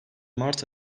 mart